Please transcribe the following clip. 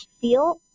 feel